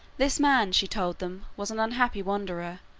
this man, she told them, was an unhappy wanderer,